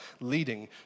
leading